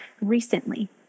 recently